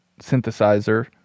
synthesizer